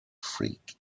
freak